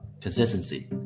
consistency